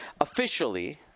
Officially